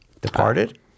Departed